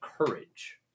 courage